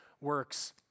works